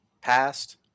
passed